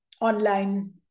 online